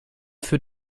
für